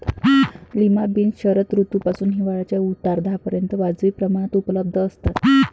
lima beans शरद ऋतूपासून हिवाळ्याच्या उत्तरार्धापर्यंत वाजवी प्रमाणात उपलब्ध असतात